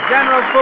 General